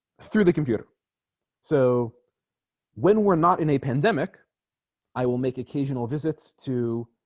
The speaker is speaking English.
through the computer so when we're not in a pandemic i will make occasional visits to